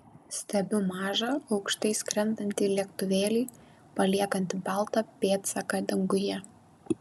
stebiu mažą aukštai skrendantį lėktuvėlį paliekantį baltą pėdsaką danguje